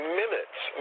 minutes